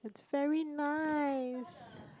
it's very nice